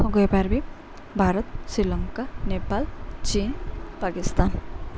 ହଁ କହିପାର୍ବି ଭାରତ ଶ୍ରୀଲଙ୍କା ନେପାଲ ଚୀନ ପାକିସ୍ତାନ